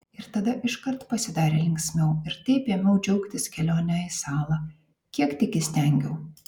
ir tada iškart pasidarė linksmiau ir taip ėmiau džiaugtis kelione į salą kiek tik įstengiau